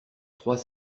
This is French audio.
trois